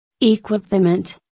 Equipment